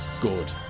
good